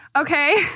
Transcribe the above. Okay